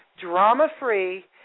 drama-free